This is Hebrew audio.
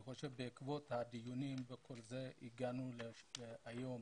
אני חושב שבעקבות הדיונים הגענו היום